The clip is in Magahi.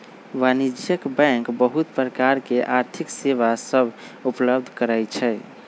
वाणिज्यिक बैंक बहुत प्रकार के आर्थिक सेवा सभ उपलब्ध करइ छै